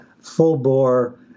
full-bore